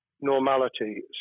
normality